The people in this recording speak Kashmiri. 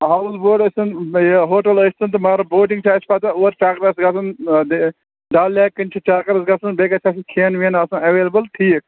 ہاوُس بوٹ ٲسۍتن یہِ ہوٹَل ٲسۍتن تہٕ مگر بوٹِنٛگ چھِ اَسہِ پَتہٕ اور چکرس گژھُن ییٚتہِ ڈل لیک کِنۍ چھُ چکرَس گژھُن بیٚیہِ گژھِ آسُن کھٮ۪ن وٮ۪ن آسُن ایٚویلیبُل ٹھیٖک